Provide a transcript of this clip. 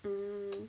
mm